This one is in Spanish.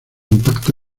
impacto